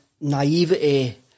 naivety